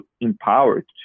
empowered